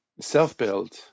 self-build